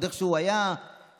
עוד איכשהו היה חיבור,